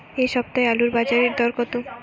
এ সপ্তাহে আলুর বাজারে দর কত?